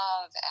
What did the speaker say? love